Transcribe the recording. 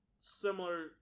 similar